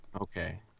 Okay